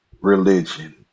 religion